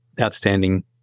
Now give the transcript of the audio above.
outstanding